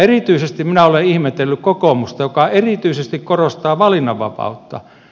erityisesti minä olen ihmetellyt kokoomusta joka erityisesti korostaa valinnanvapautta